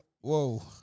Whoa